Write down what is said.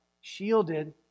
shielded